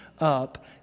up